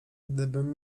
gdybym